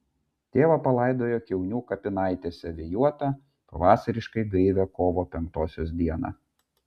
tėvą palaidojo kiaunių kapinaitėse vėjuotą pavasariškai gaivią kovo penktosios dieną